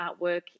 artwork